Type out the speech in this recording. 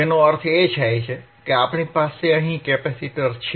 તેનો અર્થ એ કે આપણી પાસે અહીં કેપેસિટર છે